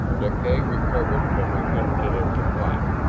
deklay recovered from his instant of surprise.